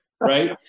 Right